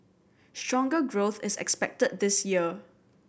stronger growth is expected this year